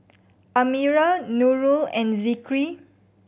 Amirah Nurul and Zikri